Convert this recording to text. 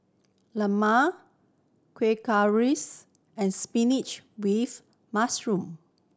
lemang Kueh Rengas and spinach with mushroom